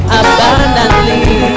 abundantly